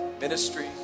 ministry